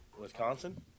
Wisconsin